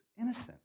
innocent